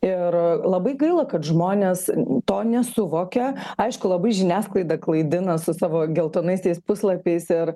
ir labai gaila kad žmonės to nesuvokia aišku labai žiniasklaida klaidina su savo geltonaisiais puslapiais ir